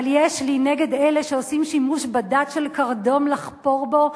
אבל יש לי נגד אלה שעושים בדת שימוש של קרדום לחפור בו,